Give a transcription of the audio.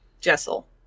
Jessel